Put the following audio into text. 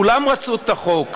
כולם רצו את החוק,